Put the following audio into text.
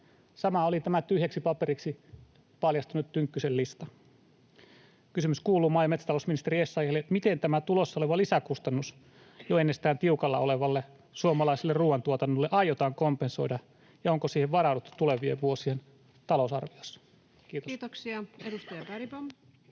Sama oli tämä tyhjäksi paperiksi paljastunut Tynkkysen lista. Kysymys kuuluu maa- ja metsätalousministeri Essayahille: miten tämä tulossa oleva lisäkustannus jo ennestään tiukalla olevalle suomalaiselle ruuantuotannolle aiotaan kompensoida, ja onko siihen varauduttu tulevien vuosien talousarvioissa? — Kiitos. Kiitoksia. — Edustaja Bergbom.